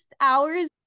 hours